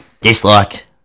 Dislike